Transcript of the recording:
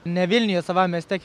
ne vilniuje savam mieste